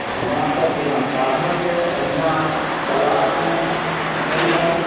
आओर हमरा सब बिना साधनके अहिना तालाबमे खेललहुँ